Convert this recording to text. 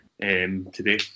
today